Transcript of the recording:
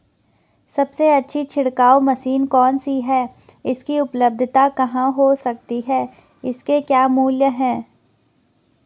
सबसे अच्छी छिड़काव मशीन कौन सी है इसकी उपलधता कहाँ हो सकती है इसके क्या मूल्य हैं?